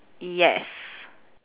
yes